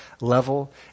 level